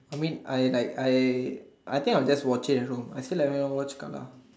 I mean I like I I think I will just watch it at home I feel like why you wanna watch Carl ah